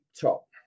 top